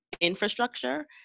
infrastructure